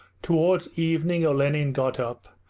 towards evening olenin got up,